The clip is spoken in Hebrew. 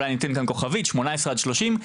שמונה עשרה עד שלושים.